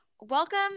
Welcome